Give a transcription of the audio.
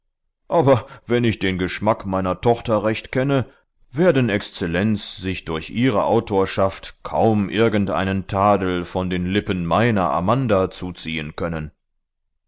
aber wenn ich den geschmack meiner tochter recht kenne werden exzellenz sich durch ihre autorschaft kaum irgendeinen tadel von den lippen meiner amanda zuziehen können